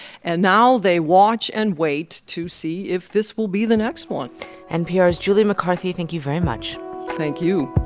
and now they watch and wait to see if this will be the next one npr's julie mccarthy thank you very much thank you